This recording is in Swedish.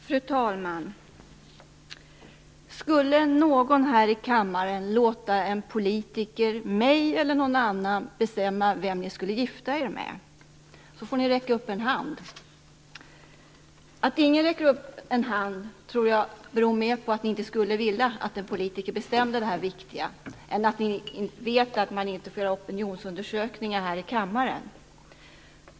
Fru talman! Skulle ni här i kammaren låta en politiker, mig eller någon annan, bestämma vem ni skulle gifta er med? Då får ni räcka upp en hand. Att inte någon räcker upp en hand tror jag mer beror på att ni inte skulle vilja att en politiker bestämde något så viktigt än på att ni vet att man inte får göra opinionsundersökningar här i kammaren.